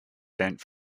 bent